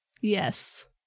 Yes